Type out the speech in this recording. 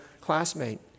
classmate